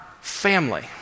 family